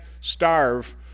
starve